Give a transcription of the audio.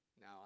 Now